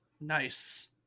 Nice